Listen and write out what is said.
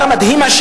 המנגנון, לפני